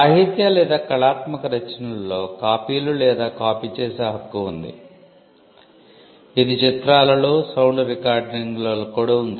సాహిత్య లేదా కళాత్మక రచనలలో కాపీలు లేదా కాపీ చేసే హక్కు ఉంది ఇది చిత్రాలలో సౌండ్ రికార్డింగ్లలో కూడా ఉంది